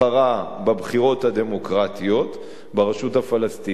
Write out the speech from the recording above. בבחירות הדמוקרטיות ברשות הפלסטינית,